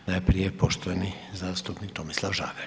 Najprije poštovani zastupnik Tomislav Žagar.